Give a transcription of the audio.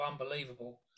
unbelievable